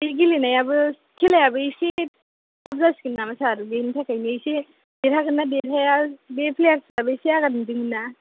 बे गेलेनायाबो खेलायाबो एसे थाब जासिगोन नामा सार बिनि थाखायनो एसे देरहागोन ना देरहाया बे प्लेयारसफ्राबो एसे आघाट मोनदोंमोन ना